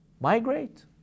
migrate